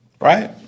right